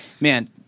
man